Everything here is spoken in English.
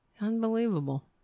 Unbelievable